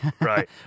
Right